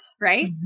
right